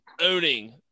owning